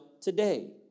today